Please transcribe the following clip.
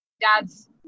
dad's